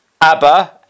ABBA